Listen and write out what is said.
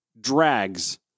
Drags